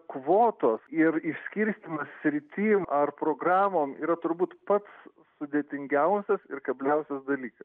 kvotos ir išskirstymas sritim ar programom yra turbūt pats sudėtingiausias ir kebliausių dalykas